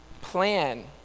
plan